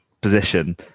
position